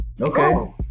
okay